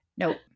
Nope